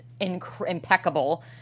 impeccable